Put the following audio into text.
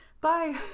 bye